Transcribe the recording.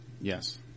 Yes